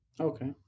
Okay